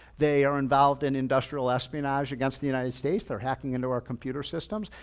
they are involved in industrial espionage against the united states. they're hacking into our computer systems.